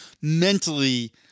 mentally